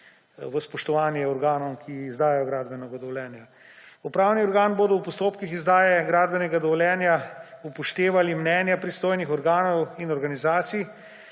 v spoštovanje organom, ki izdajajo gradbena dovoljenja. Upravni organi bodo v postopkih izdajanja gradbenega dovoljenja upoštevali mnenje pristojnih organov in organizacij,